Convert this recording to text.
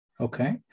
Okay